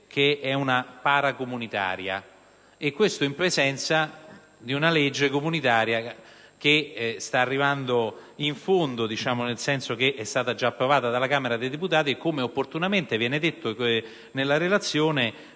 di una "paracomunitaria", e questo in presenza di una legge comunitaria che sta terminando il suo *iter*, nel senso che è stata già approvata dalla Camera dei deputati e che, come opportunamente viene specificato nella relazione,